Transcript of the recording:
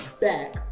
back